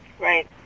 Right